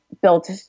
built